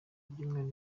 ibyumweru